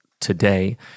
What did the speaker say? Today